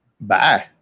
Bye